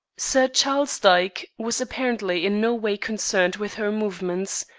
sir charles dyke was apparently in no way concerned with her movements,